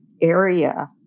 area